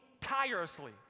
tirelessly